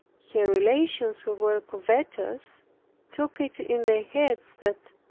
her relations, who were covetous took it in their heads that,